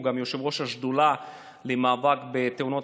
הוא גם יושב-ראש השדולה למאבק בתאונות